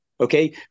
Okay